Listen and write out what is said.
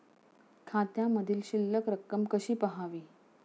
खात्यामधील शिल्लक रक्कम कशी पहावी?